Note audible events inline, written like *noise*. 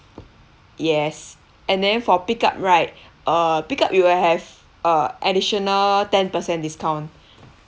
yes and then for pick up right *breath* uh pick up you will have a additional ten per cent discount